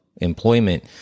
employment